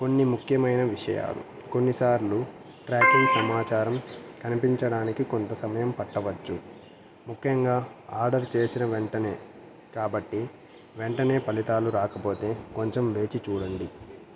కొన్ని ముఖ్యమైన విషయాలు కొన్నిసార్లు ట్రాకింగ్ సమాచారం కనిపించడానికి కొంత సమయం పట్టవచ్చు ముఖ్యంగా ఆర్డర్ చేసిన వెంటనే కాబట్టి వెంటనే ఫలితాలు రాకపోతే కొంచెం వేచి చూడండి